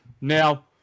Now